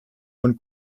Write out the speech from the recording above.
und